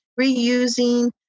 reusing